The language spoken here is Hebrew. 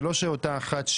זה לא שאותה אחת,